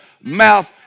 mouth